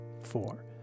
four